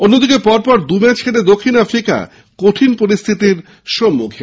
অন্যদিকে পর পর দু ম্যাচে হেরে দক্ষিণ আফ্রিকা কঠিন পরিস্হিতির সম্মখীন